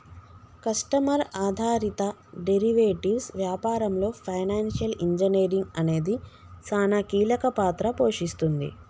customer ఆధారిత derivatives వ్యాపారంలో financial engineering అనేది సానా కీలక పాత్ర పోషిస్తుంది